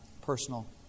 personal